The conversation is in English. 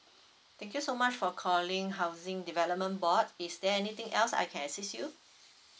thank you so much for calling housing development board is there anything else I can assist you